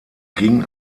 ging